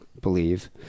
believe